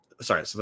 Sorry